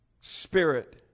spirit